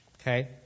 okay